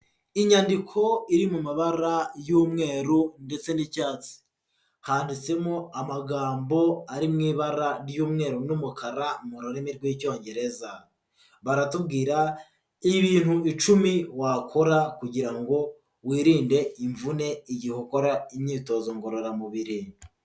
Inyandiko iri mu mabara y'umweru ndetse n'icyatsi, handitsemo amagambo ari mu ibara y'umweru n'umukara mu rurimi rw'Icyongereza, baratubwira ibintu icumi wakora kugira ngo wirinde imvune igihe ukora imyitozo ngororamubiri.